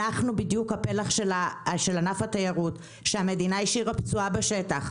אנחנו בדיוק הפלח של ענף התיירות שהמדינה השאירה פצועה בשטח.